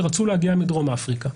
שרצו להגיע מדרום אפריקה.